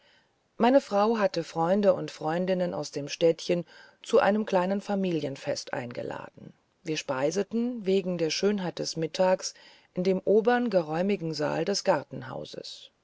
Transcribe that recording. meine frau hatte freunde und freundinnen aus dem städtchen zu einem kleinen familienfest eingeladen wir speiseten wegen der schönheit des mittags in dem obern geräumigen saal des gartenhauses